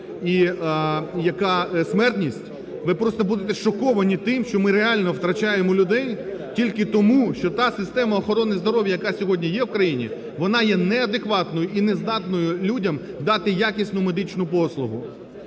і яка смертність, ви просто будете шоковані тим, що ми реально втрачаємо людей тільки тому, що та система охорони здоров'я, яка сьогодні є в країні, вона є неадекватною і нездатною людям дати якісну медичну послугу.